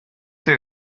ces